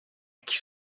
qui